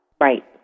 Right